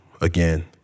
again